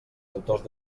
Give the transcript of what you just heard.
autors